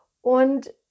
Und